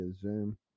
zoom